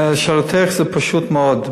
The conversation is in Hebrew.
לשאלתך, זה פשוט מאוד.